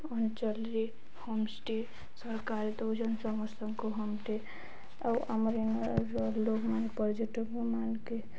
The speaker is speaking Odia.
ଅଞ୍ଚଲରେ ହୋମଷ୍ଟେ ସରକାର ଦେଉଛନ୍ ସମସ୍ତଙ୍କୁ ହୋମଷ୍ଟେ ଆଉ ଆମର ଇନ ଲୋକ୍ମାନେ ପର୍ଯ୍ୟଟକ୍ ମାନଙ୍କେ